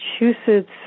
Massachusetts